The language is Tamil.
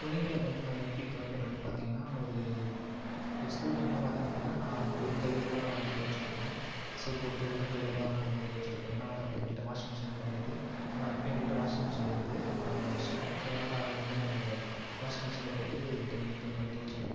துணிகளை வந்து நான் எப்படி துவைக்கிறேன் அப்படின்னு பார்த்தீங்கன்னா ஒரு ஒரு ஸ்கூல் டைமில் பார்த்தீங்க அப்படின்னா நான் வெறுங் கையிலே தான் நான் வந்து துவைச்சிட்டு இருப்போம் சோப்பு போட்டு வெறுங் கையில் தான் அப்போ வந்து துவைச்சிட்டு இருப்போம் ஏன்னால் அப்போ எங்கள்ட்ட வாஷிங்மிஷின்லாம் கிடையாது ஆனால் இப்போ எங்கள்கிட்ட வாஷிங்மிஷின் இருக்குது ஒரு அஞ்சு ஆறு வருஷமாக ஸோ அதனால் அதை வந்து நாங்கள் வாஷிங் மிஷினில் போட்டு துணி வந்து துவச்சிக்கிறோம்